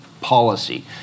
Policy